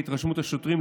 להתרשמות השוטרים,